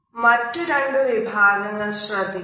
മറ്റു രണ്ട് വിഭാഗങ്ങൾ ശ്രദ്ധിക്കാം